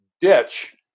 ditch